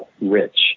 rich